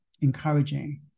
encouraging